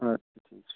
اَدٕ کیٛاہ ٹھیٖک چھُ